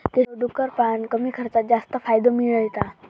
केशव डुक्कर पाळान कमी खर्चात जास्त फायदो मिळयता